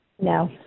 No